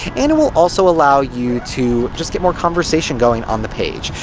and it will also allow you to just get more conversation going on the page.